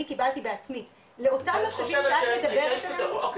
אני קיבלתי בעצמי לאותם שאת מדברת עליהם --- את